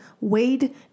Wade